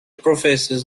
professor’s